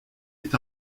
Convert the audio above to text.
est